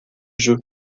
jeu